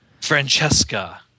Francesca